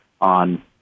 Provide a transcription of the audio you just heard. on